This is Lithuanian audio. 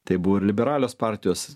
tai buvo ir liberalios partijos